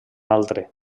altre